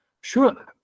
sure